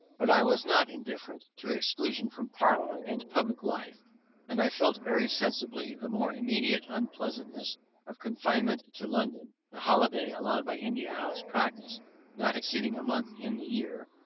but i was not indifferent to exclusion from parliament, and public life and i felt very sensibly the more immediate unpleasantness of confinement to london the holiday allowed by india house practice not exceeding a month in the year,